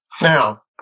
Now